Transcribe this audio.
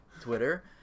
twitter